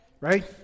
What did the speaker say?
Right